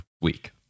week